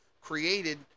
created